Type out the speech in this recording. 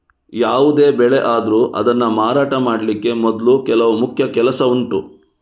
ಯಾವುದೇ ಬೆಳೆ ಆದ್ರೂ ಅದನ್ನ ಮಾರಾಟ ಮಾಡ್ಲಿಕ್ಕೆ ಮೊದ್ಲು ಕೆಲವು ಮುಖ್ಯ ಕೆಲಸ ಉಂಟು